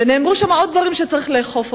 נאמרו שם עוד דברים שצריך לאכוף אותם.